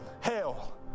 hell